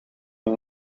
een